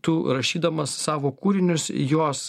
tu rašydamas savo kūrinius jos